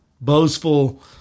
boastful